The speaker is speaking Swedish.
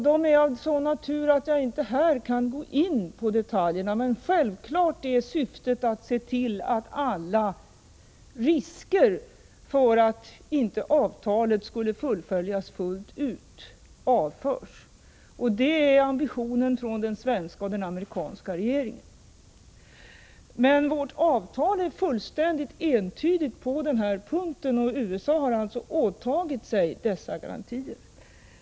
De är av en sådan natur att jag inte här kan gå in på detaljerna, men självfallet är syftet att se till att avföra alla risker för att avtalet inte fullföljs fullt ut. Detta är ambitionen från den svenska och från den amerikanska regeringen. Vårt avtal är fullständigt entydigt på den här punkten. USA har alltså påtagit sig dessa garantier.